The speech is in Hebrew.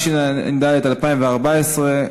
התשע"ד 2014,